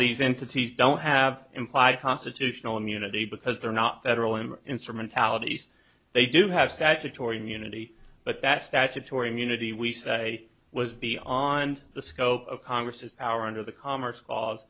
these entities don't have implied constitutional immunity because they're not federal im instrumentalities they do have fact atory immunity but that statutory immunity we say was be on the scope of congress's power under the commerce c